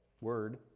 word